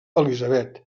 elizabeth